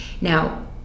Now